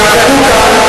למה ללכת לפוליטיקה נמוכה?